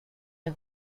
der